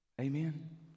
amen